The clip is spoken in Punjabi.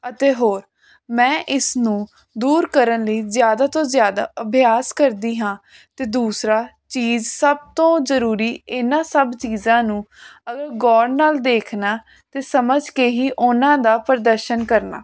ਅਤੇ ਹੋਰ ਮੈਂ ਇਸ ਨੂੰ ਦੂਰ ਕਰਨ ਲਈ ਜ਼ਿਆਦਾ ਤੋਂ ਜ਼ਿਆਦਾ ਅਭਿਆਸ ਕਰਦੀ ਹਾਂ ਅਤੇ ਦੂਸਰਾ ਚੀਜ਼ ਸਭ ਤੋਂ ਜ਼ਰੂਰੀ ਇਹਨਾਂ ਸਭ ਚੀਜ਼ਾਂ ਨੂੰ ਅਗਰ ਗੌਰ ਨਾਲ ਦੇਖਣਾ ਅਤੇ ਸਮਝ ਕੇ ਹੀ ਉਹਨਾਂ ਦਾ ਪ੍ਰਦਰਸ਼ਨ ਕਰਨਾ